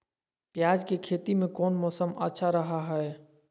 प्याज के खेती में कौन मौसम अच्छा रहा हय?